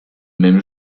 même